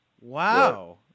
Wow